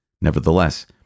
Nevertheless